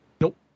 Nope